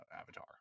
Avatar